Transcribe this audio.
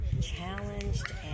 challenged